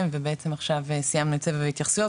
ובעצם עכשיו סיימנו את סבב ההתייחסויות,